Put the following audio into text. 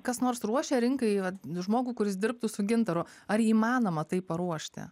kas nors ruošia rinkai vat žmogų kuris dirbtų su gintaru ar įmanoma tai paruošti